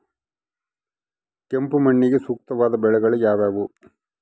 ಕೆಂಪು ಮಣ್ಣಿಗೆ ಸೂಕ್ತವಾದ ಬೆಳೆಗಳು ಯಾವುವು?